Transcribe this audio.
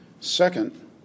Second